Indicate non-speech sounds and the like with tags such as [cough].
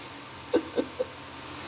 [laughs]